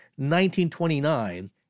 1929